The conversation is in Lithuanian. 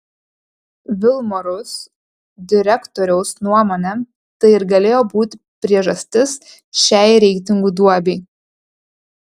vilmorus direktoriaus nuomone tai ir galėjo būti priežastis šiai reitingų duobei